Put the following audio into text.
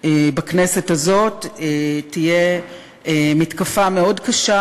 בכנסת הזאת תהיה מתקפה מאוד קשה,